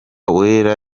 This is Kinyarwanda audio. wera